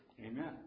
Amen